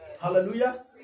Hallelujah